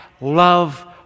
love